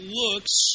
looks